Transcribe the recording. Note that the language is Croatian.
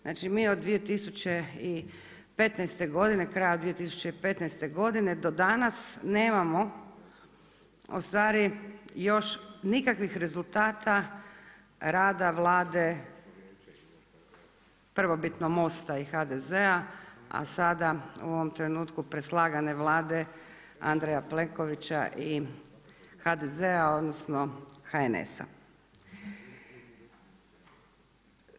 Znači mi od 2015. godine, kraja 2015. godine do danas nemamo, ustvari još nikakvih rezultata rada Vlade prvobitno MOST-a i HDZ-a, a sad u ovom trenutku preslagane Vlade Andreja Plenkovića i HDZ-a odnosno HNS-a.